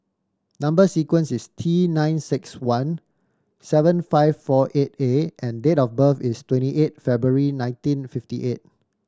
number sequence is T nine six one seven five four eight A and date of birth is twenty eight February nineteen fifty eight